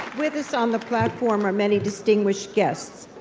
with us on the platform are many distinguished guests.